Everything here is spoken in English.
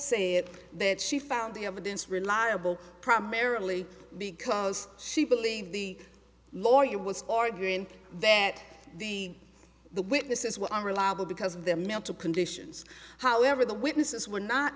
say that she found the evidence reliable primarily because she believed the lawyer was ordering that the the witnesses were unreliable because of their mental conditions however the witnesses were not